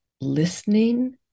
listening